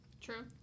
True